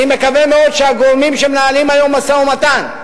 אני מקווה מאוד שהגורמים שמנהלים היום משא-ומתן,